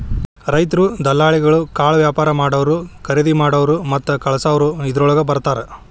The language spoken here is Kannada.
ರೈತ್ರು, ದಲಾಲಿಗಳು, ಕಾಳವ್ಯಾಪಾರಾ ಮಾಡಾವ್ರು, ಕರಿದಿಮಾಡಾವ್ರು ಮತ್ತ ಕಳಸಾವ್ರು ಇದ್ರೋಳಗ ಬರ್ತಾರ